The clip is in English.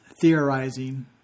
theorizing